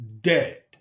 dead